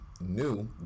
new